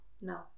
No